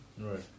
Right